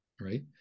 right